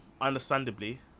understandably